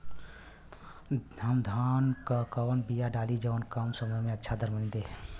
हम धान क कवन बिया डाली जवन कम समय में अच्छा दरमनी दे?